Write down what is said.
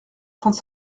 trente